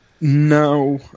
No